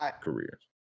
careers